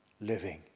living